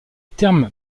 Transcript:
terme